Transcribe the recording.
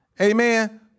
Amen